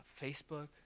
Facebook